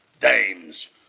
dames